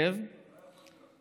מירי רגב, לא יכול להיות.